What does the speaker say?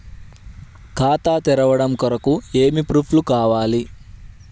ఖాతా తెరవడం కొరకు ఏమి ప్రూఫ్లు కావాలి?